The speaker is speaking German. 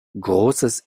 großes